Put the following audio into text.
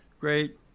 great